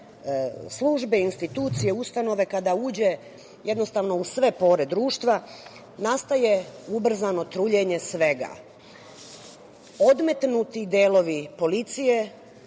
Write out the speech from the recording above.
službe, institucije, ustanove, kada uđe jednostavno u sve pore društva nastaje ubrzano truljenje svega. Odmetnuti delovi policije